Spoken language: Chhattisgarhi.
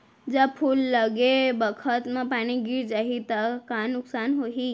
जब फूल लगे बखत म पानी गिर जाही त का नुकसान होगी?